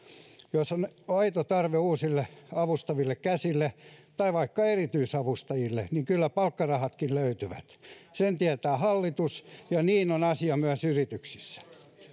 jos on aito tarve uusille avustaville käsille tai vaikka erityisavustajille niin kyllä palkkarahatkin löytyvät sen tietää hallitus ja niin on asia myös yrityksissä